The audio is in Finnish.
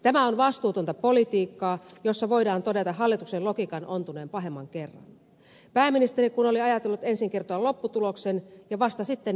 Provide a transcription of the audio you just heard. tämä on vastuutonta politiikkaa jossa voidaan todeta hallituksen logiikan ontuneen pahemman kerran pääministeri kun oli ajatellut ensin kertoa lopputuloksen ja vasta sitten neuvotella